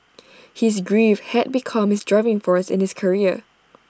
his grief had become his driving force in his career